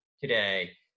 today